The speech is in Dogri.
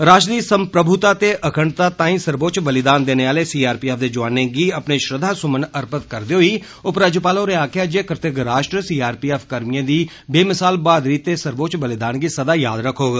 राश्ट्र दी संप्रीगुता ते अखंडता लेई सर्वोच्च बलिदान देने आले सीआरपीएफ दे जवानें गी अपने श्रद्धा सुमन अर्पित करदे होई उपराज्यपाल होरें आक्खेआ जे कृतक्ष राश्ट्र सीआरपीएफ कर्मिएं दी बेमिसाल बहादुरी ते सवोच्च बलिदान गी सदा याद रखोग